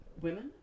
women